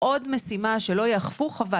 עוד משימה שלא יאכפו זה חבל,